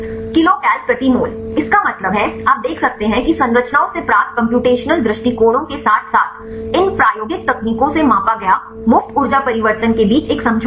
kilocal प्रति mole इसका मतलब है आप देख सकते हैं कि संरचनाओं से प्राप्त कम्प्यूटेशनल दृष्टिकोणों के साथ साथ इन प्रायोगिक तकनीकों से मापा गया मुफ्त ऊर्जा परिवर्तन के बीच एक समझौता है